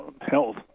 health